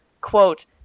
quote